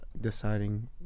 deciding